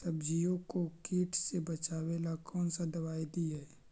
सब्जियों को किट से बचाबेला कौन सा दबाई दीए?